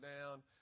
down